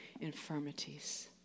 infirmities